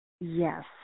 Yes